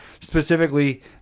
specifically